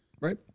Right